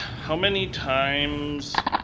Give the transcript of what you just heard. how many times,